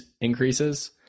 increases